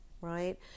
right